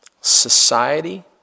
society